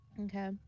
Okay